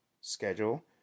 schedule